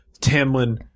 Tamlin